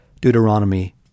Deuteronomy